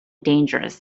dangerous